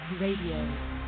Radio